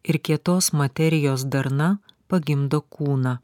ir kietos materijos darna pagimdo kūną